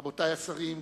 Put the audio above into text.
רבותי השרים,